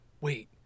wait